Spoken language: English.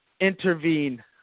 intervene